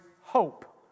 hope